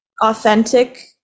authentic